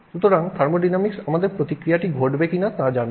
সুতরাং থার্মোডিনামিক্স আমাদের প্রতিক্রিয়া ঘটবে কি না তা জানায়